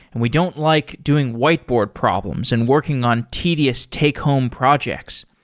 and we don't like doing whiteboard problems and working on tedious take home projects.